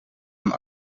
van